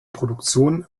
produktion